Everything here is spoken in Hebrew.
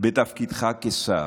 בתפקידך כשר.